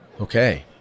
Okay